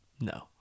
no